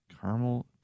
Caramel